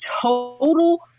total